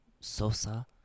Sosa